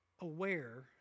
aware